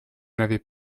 n’avez